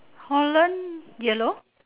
holland yellow